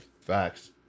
Facts